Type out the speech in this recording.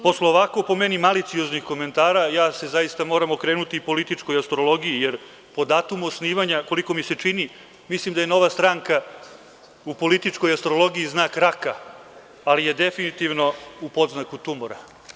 Posle ovako, po meni, malicioznih komentara, ja se zaista moram okrenuti političkoj astrologiji, jer po datumu osnivanja, koliko mi se čini, mislim da je Nova stranka u političkoj astrologiji znak raka, ali je definitivno u podznaku tumora.